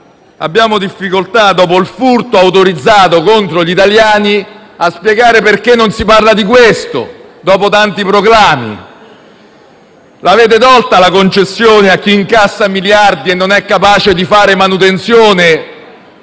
Abbiamo difficoltà, dopo il furto autorizzato contro gli italiani, a spiegare perché non si parla di questo dopo tanti proclami. Avete tolto la concessione a chi incassa miliardi, ma non è capace di fare manutenzione